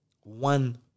one